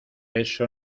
eso